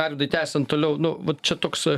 arvydai tęsiant toliau nu va čia toks